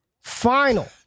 final